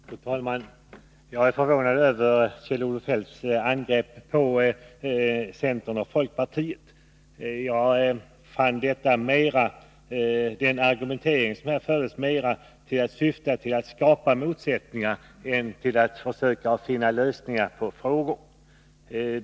Fru talman! Jag är förvånad över Kjell-Olof Feldts angrepp på centern och folkpartiet. Jag fann den argumentering som här fördes mera syfta till att skapa motsättningar än till att försöka finna lösningar på problem.